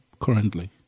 currently